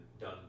done